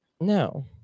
No